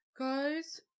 Guys